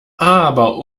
aber